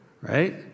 Right